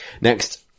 Next